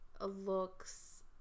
looks